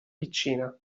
piccina